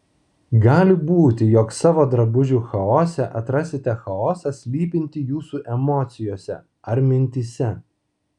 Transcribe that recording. gali būti jog savo drabužių chaose atrasite chaosą slypintį jūsų emocijose ar mintyse